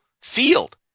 field